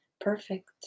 perfect